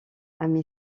ami